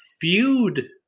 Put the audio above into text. feud